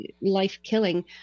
life-killing